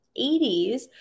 80s